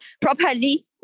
properly